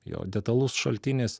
jo detalus šaltinis